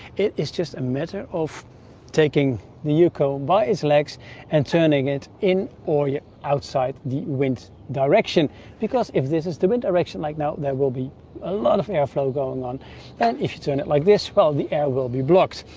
it is just a matter of taking the uco by its legs and turning it in or yeah outside the wind direction because if this is the direction like now there will be a lot of airflow going on and if you turn it like this, well the air will be blocked.